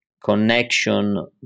connection